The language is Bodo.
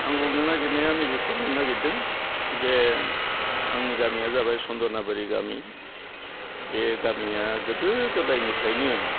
आं बुंनो नागिरनाया नैबेखौ बुंनो नागिरदों जे आंनि गामिया जाबाय सन्दनाबारि गामि बे गामिया गोदो गोदायनिफ्रायनो